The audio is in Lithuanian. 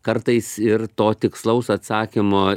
kartais ir to tikslaus atsakymo